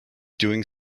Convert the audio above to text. doing